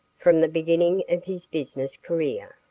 from the beginning of his business career,